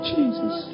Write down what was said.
Jesus